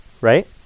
right